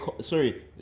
Sorry